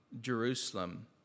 Jerusalem